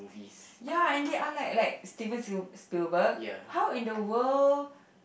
ya and they are like like Steven Sil~ Spielberg how in the world